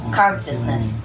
consciousness